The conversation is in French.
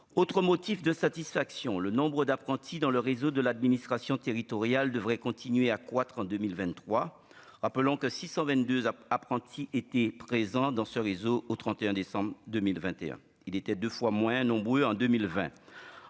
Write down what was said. autre motif de satisfaction, le nombre d'apprentis dans le réseau de l'administration territoriale devrait continuer à croître en 2023, rappelons que 622 à apprentis étaient présents dans ce réseau au 31 décembre 2021 il était 2 fois moins nombreux en 2020,